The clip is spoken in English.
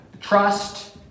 Trust